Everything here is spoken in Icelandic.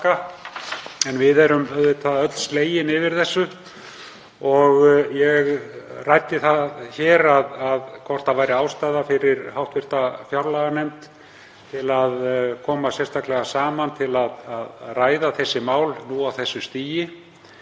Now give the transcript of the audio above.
En við erum auðvitað öll slegin yfir þessu og ég ræddi það hér hvort ástæða væri fyrir hv. fjárlaganefnd til að koma sérstaklega saman til að ræða þessi mál nú á þessu stigi.